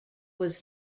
was